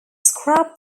scrap